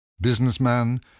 businessman